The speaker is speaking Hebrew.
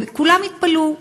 וכולם התפלאו,